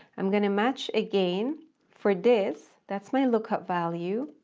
i'm going to match again for this, that's my lookup value.